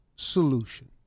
Solution